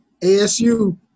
ASU